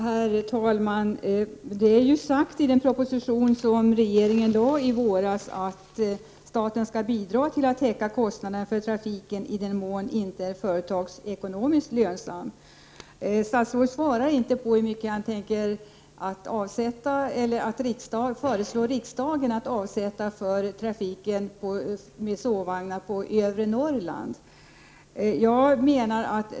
Herr talman! Det sades ju i den proposition som regeringen lade fram i våras att staten skall bidra till att täcka kostnaderna för trafiken i den mån den inte är företagsekonomiskt lönsam. Statsrådet svarar inte hur mycket han tänker föreslå riksdagen att avsätta för trafiken med sovvagnar på övre Norrland.